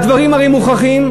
הדברים הרי מוכחים.